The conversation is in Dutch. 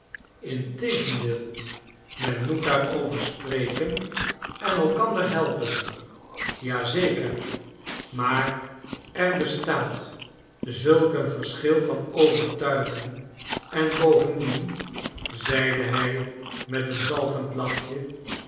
integendeel men moet daarover spreken en elkander helpen ja zeker maar er bestaat zulk een verschil van overtuiging en bovendien zeide hij met een zalvend lachje